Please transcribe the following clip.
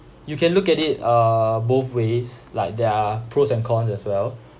you can look at it err both ways like there are pros and cons as well